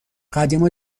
قدیما